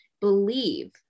believe